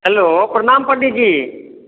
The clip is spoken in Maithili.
हेलो प्रणाम पण्डीजी